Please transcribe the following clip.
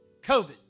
COVID